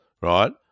right